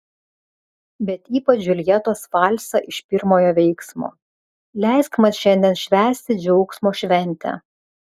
bet ypač džiuljetos valsą iš pirmojo veiksmo leisk man šiandien švęsti džiaugsmo šventę